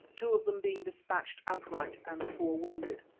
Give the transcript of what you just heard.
two of them being dispatched outright and four wounded.